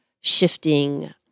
shifting